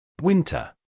Winter